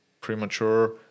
premature